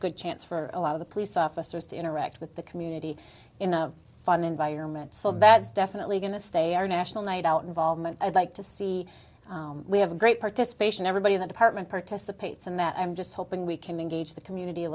good chance for a lot of the police officers to interact with the community in a fun environment so that's definitely going to stay our national night out involvement i'd like to see we have a great participation everybody in the department participates in that i'm just hoping we can engage the community a